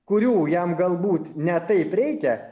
kurių jam galbūt ne taip reikia